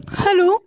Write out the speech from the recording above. Hello